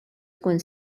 tkun